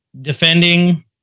defending